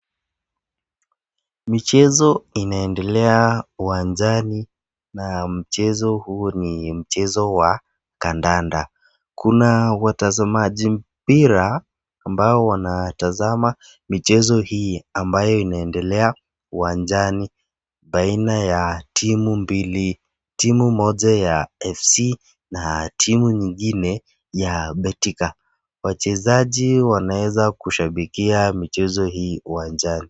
Michezo inaendelea uwanjani na mchezo huo ni mchezo wa kandanda. Kuna watazamaji mpira ambao wanatazama michezo hii ambayo inaendelea uwanjani baina ya timu mbili. Timu moja ya Fc na timu nyingine ya Betika. Wachezaji wanaeza kushabikia michezo hii uwanjani.